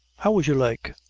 how is your leg?